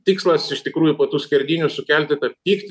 tikslas iš tikrųjų po tų skerdynių sukelti tą pyktį